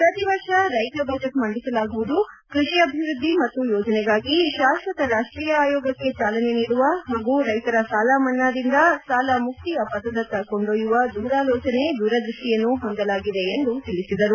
ಪ್ರತಿ ವರ್ಷ ರೈತ ಬಜೆಟ್ ಮಂಡಿಸಲಾಗುವುದು ಕೃಷಿ ಅಭಿವೃದ್ದಿ ಮತ್ತು ಯೋಜನೆಗಾಗಿ ಶಾಶ್ವತ ರಾಷ್ಟೀಯ ಆಯೋಗಕ್ಕೆ ಚಾಲನೆ ನೀಡುವ ಹಾಗೂ ರೈತರ ಸಾಲ ಮನ್ನಾದಿಂದ ಸಾಲ ಮುಕ್ತಿಯ ಪಥದತ್ತ ಕೊಂಡೂಯ್ಯುವ ದೂರಾಲೋಚನೆ ದೂರದೃಷ್ಟಿಯನ್ನು ಹೊಂದಲಾಗಿದೆ ಎಂದು ತಿಳಿಸಿದರು